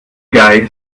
guy